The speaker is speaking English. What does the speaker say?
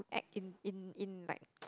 to act in in in in like